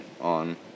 on